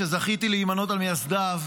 שזכיתי להימנות על מייסדיו,